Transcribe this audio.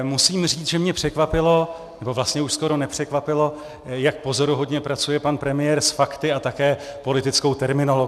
Musím říct, že mě překvapilo, vlastně už skoro nepřekvapilo, jak pozoruhodně pracuje pan premiér s fakty a také politickou terminologií.